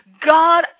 God